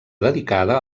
dedicada